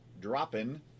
dropping